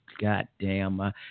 Goddamn